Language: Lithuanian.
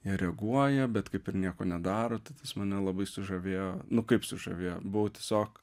jie reaguoja bet kaip ir nieko nedaro tai tas mane labai sužavėjo nu kaip sužavėjo buvau tiesiog